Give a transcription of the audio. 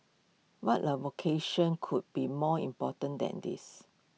what vocation could be more important than this